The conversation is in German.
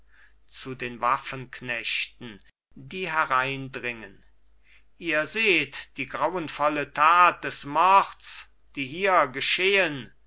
zu den waffenknechten die hereindringen ihr seht die grausenvolle tat des mords die hier geschehen